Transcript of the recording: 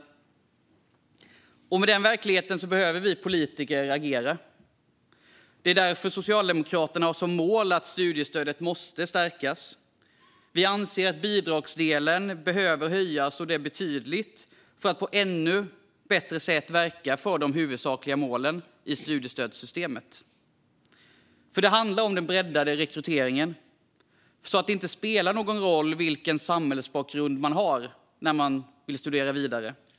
Mot den verkligheten behöver vi politiker agera. Det är därför Socialdemokraterna har som mål att studiestödet ska stärkas. Vi anser att bidragsdelen behöver höjas betydligt för att på ett ännu bättre sätt verka för de huvudsakliga målen i studiestödssystemet. Det handlar som sagt om att bredda rekryteringen så att det inte spelar någon roll vilken samhällsbakgrund man har när man vill studera vidare.